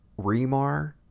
Remar